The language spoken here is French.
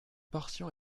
portion